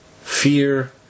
fear